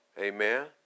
Amen